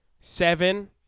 Seven